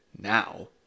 Now